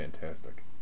fantastic